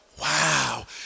wow